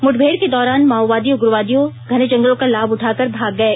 मुठभेड़ के दौरान माओवादी उग्रवादियों ने घने जंगलों का लाभ उठाकर भाग गए